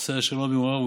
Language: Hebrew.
עושה שלום במרומיו,